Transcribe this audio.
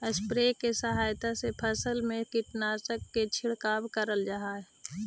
sprayer के सहायता से फसल में कीटनाशक के छिड़काव करल जा हई